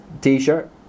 t-shirt